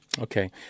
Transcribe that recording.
Okay